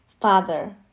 Father